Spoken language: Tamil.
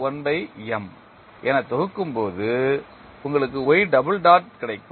1M என தொகுக்கும் போது உங்களுக்கு y டபுள் டாட் கிடைக்கும்